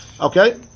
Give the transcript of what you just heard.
Okay